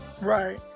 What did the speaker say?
Right